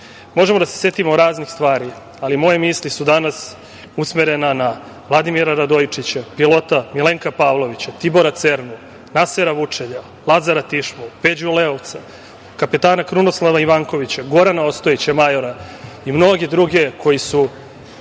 da se setimo raznih stvari, ali moje misli su danas usmerene na Vladimira Radojičića - pilota, Milenka Pavlovića, Tibora Cernu, Nasera Vučelja, Lazara Tišmu, Peđu Leovca, kapetana Krunoslava Ivankovića, Gorana Ostojića majora i mnoge druge koji su